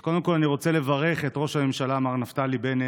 אז קודם כול אני רוצה לברך את ראש הממשלה מר נפתלי בנט,